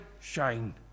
shine